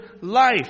life